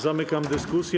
Zamykam dyskusję.